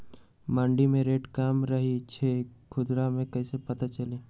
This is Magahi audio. मंडी मे रेट कम रही छई कि खुदरा मे कैसे पता चली?